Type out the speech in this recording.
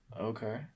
Okay